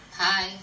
hi